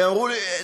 הם אמרו לי,